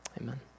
amen